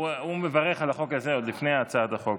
הוא מברך על החוק הזה עוד לפני הצעת החוק